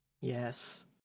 yes